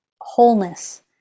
wholeness